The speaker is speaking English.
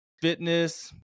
fitness